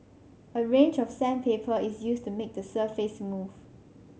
a range of sandpaper is used to make the surface smooth